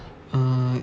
uh